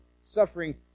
suffering